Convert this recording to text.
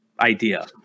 idea